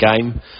game